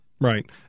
Right